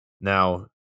Now